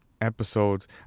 episodes